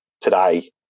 today